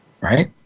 Right